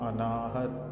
Anahat